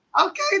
Okay